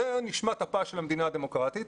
זה נשמת-אפה של המדינה הדמוקרטית.